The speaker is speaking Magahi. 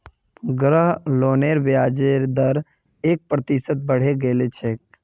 गृह लोनेर ब्याजेर दर एक प्रतिशत बढ़े गेल छेक